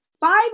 five